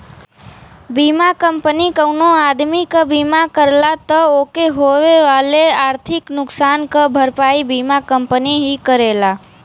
बीमा कंपनी कउनो आदमी क बीमा करला त ओके होए वाले आर्थिक नुकसान क भरपाई बीमा कंपनी ही करेला